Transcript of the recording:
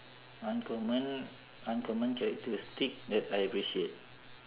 uncommon uncommon characteristic that I appreciate